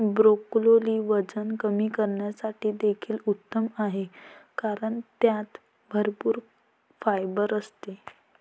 broccoli वजन कमी करण्यासाठी देखील उत्तम आहे कारण त्यात भरपूर फायबर असते